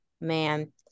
man